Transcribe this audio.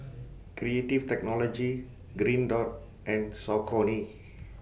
Creative Technology Green Dot and Saucony